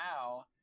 now